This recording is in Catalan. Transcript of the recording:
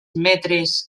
metres